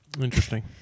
Interesting